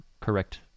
correct